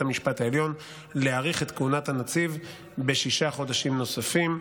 המשפט העליון להאריך את כהונת הנציב בשישה חודשים נוספים.